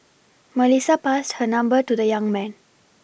Melissa passed her number to the young man